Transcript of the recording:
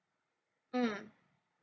mm